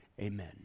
Amen